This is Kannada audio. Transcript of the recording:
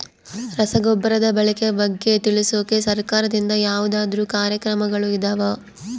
ರಸಗೊಬ್ಬರದ ಬಳಕೆ ಬಗ್ಗೆ ತಿಳಿಸೊಕೆ ಸರಕಾರದಿಂದ ಯಾವದಾದ್ರು ಕಾರ್ಯಕ್ರಮಗಳು ಇದಾವ?